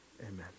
amen